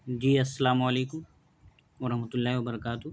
جی السلام علیکم و ررحمتہ اللہ وبرکاتہ